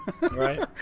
right